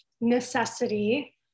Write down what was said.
necessity